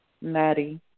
Maddie